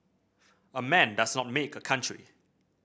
a man does not make a country